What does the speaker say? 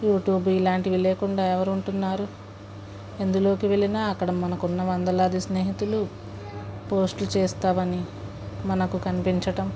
YouTube ఇలాంటివి లేకుండా ఎవరు ఉంటున్నారు ఎందులో వెళ్ళినా అక్కడ మనకు ఉన్న వందలాది స్నేహితులు పోస్ట్ చేస్తే అవన్నీ మనకు కనిపించడం